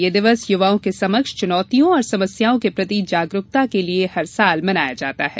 यह दिन युवाओं के समक्ष चुनौतियों और समस्याओं के प्रति जागरूकता के लिये हरवर्ष मनाया जाता है